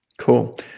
Cool